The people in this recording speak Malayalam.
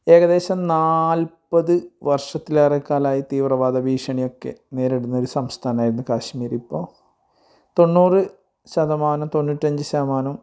ഏകദേശം നാൽപ്പത് വർഷത്തിലേറെ കാലമായി തീവ്രവാദ ഭീഷണിയക്കെ നേരിടുന്നൊരു സംസ്ഥാനമായിരുന്നു കാശ്മീരിപ്പോൾ തൊണ്ണൂറ് ശതമാനം തൊണ്ണൂറ്റഞ്ച് ശതമാനോം